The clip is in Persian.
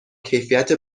کیفیت